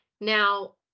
Now